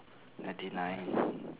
ninety nine